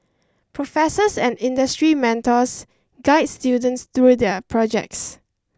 professors and industry mentors guide students through their projects